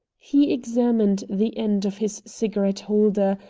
he examined the end of his cigarette-holder,